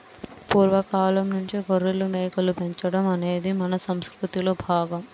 పూర్వ కాలంనుంచే గొర్రెలు, మేకలు పెంచడం అనేది మన సంసృతిలో భాగం